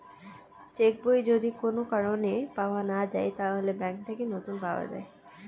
check বই যদি কোন কারণে পাওয়া না যায়, তাহলে ব্যাংক থেকে নতুন পাওয়া যায়